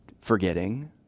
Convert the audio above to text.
forgetting